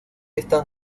están